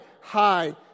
high